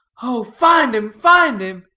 oh, find em, find em,